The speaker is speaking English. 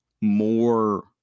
more